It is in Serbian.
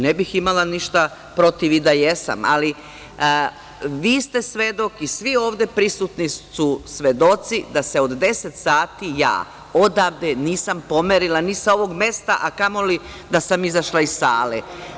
Ne bih imala ništa protiv i da jesam, ali vi ste svedok i svi ovde prisutni su svedoci da se od deset sati odavde nisam pomerila sa ovog mesta, a kamo li da sam izašla iz sale.